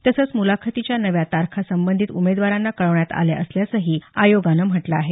तसंच मुलाखतीच्या नव्या तारखा संबंधित उमेदवारांना कळवण्यात आल्या असल्याचंही आयोगानं म्हटलं आहे